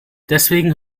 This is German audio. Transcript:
deswegen